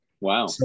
Wow